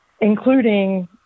including